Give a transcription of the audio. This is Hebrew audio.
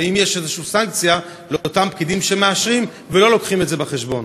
והאם יש סנקציה כלשהי על אותם פקידים שמאשרים ולא מביאים את זה בחשבון?